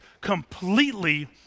completely